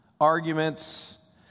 Arguments